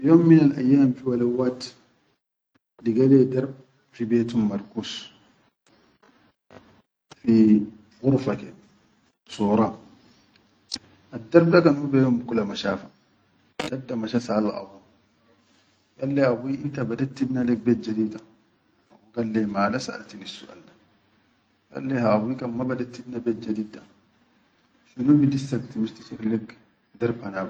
Fi yom minal ayyam fi walad wahid liga darb fi betum maykuz fi qurfa ke, sora, addarb da kan hu be yom kula ma shafa dadda masha saʼal abu, gal le abui inta badet tibna lek bet jadid wa, abu gal le mala saʼaltinissuʼal da gal le ha abui kan ma baded tibna bed jadid da shunu bidissak timish tishir lek darb.